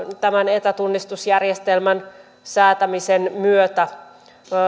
etätunnistusjärjestelmän säätämisen myötä